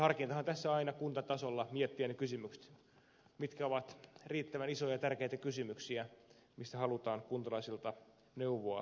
harkintahan tässä on aina kuntatasolla miettiä mitkä ovat riittävän isoja ja tärkeitä kysymyksiä mistä halutaan kuntalaisilta neuvoa kysyä